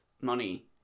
money